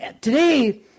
Today